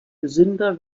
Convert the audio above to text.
gesünder